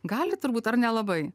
gali turbūt ar nelabai